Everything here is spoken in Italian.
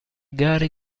gare